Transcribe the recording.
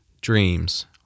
dreams